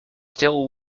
still